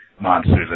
monsters